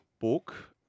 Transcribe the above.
book